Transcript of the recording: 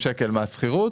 סיפור המיסוי על שכר דירה.